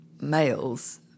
males